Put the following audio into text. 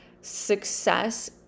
success